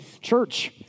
church